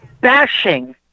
bashing